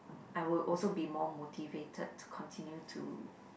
I would also be more motivated to continue to